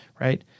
right